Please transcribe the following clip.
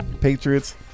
Patriots